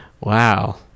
Wow